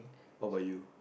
what about you